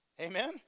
Amen